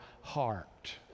heart